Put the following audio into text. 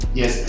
yes